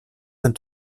von